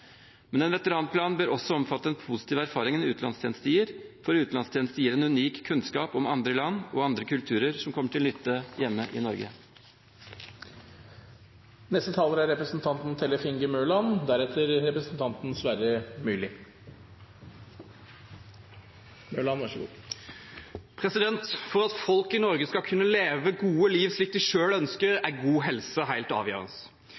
Men en veteranplan bør også omfatte de positive erfaringene utenlandstjeneste gir, for utenlandstjeneste gir en unik kunnskap om andre land og andre kulturer som kommer til nytte hjemme i Norge. For at folk i Norge skal kunne leve et godt liv slik de selv ønsker, er god helse helt avgjørende. I